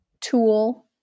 tool